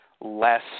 less